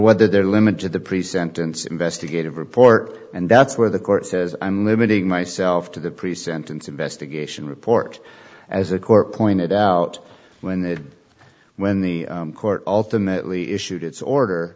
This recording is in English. whether they're limited the pre sentence investigative report and that's where the court says i'm limiting myself to the pre sentence investigation report as a court pointed out when it when the court ultimately issued its order